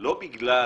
לא בגלל